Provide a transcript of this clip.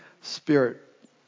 Spirit